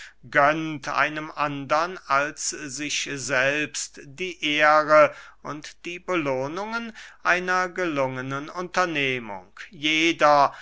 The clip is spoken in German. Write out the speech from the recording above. einem andern als sich selbst die ehre und die belohnungen einer gelungenen unternehmung jeder